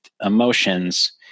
emotions